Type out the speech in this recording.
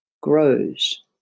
grows